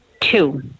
two